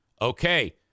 Okay